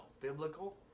biblical